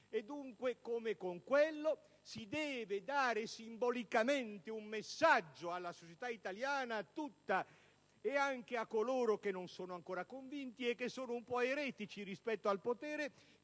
un esito non così felice, si deve dare simbolicamente un messaggio alla società italiana tutta e anche a coloro che non sono ancora convinti e che sono un po' eretici rispetto al potere